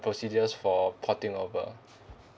procedures for porting over